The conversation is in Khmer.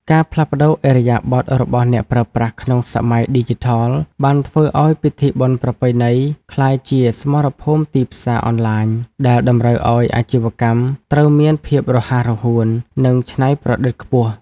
ការផ្លាស់ប្តូរឥរិយាបថរបស់អ្នកប្រើប្រាស់ក្នុងសម័យឌីជីថល បានធ្វើឱ្យពិធីបុណ្យប្រពៃណីក្លាយជា "សមរភូមិទីផ្សារអនឡាញ" ដែលតម្រូវឱ្យអាជីវកម្មត្រូវមានភាពរហ័សរហួន និងច្នៃប្រឌិតខ្ពស់។